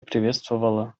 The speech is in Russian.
приветствовала